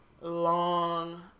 long